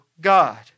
God